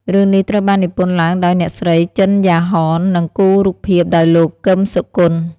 រឿងនេះត្រូវបាននិពន្ធឡើងដោយអ្នកស្រី ជិន យ៉ាហន និងគូររូបភាពដោយលោក គឹម សុគន្ធ។